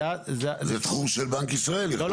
זה תחום של בנק ישראל, לא?